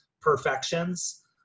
perfections